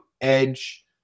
edge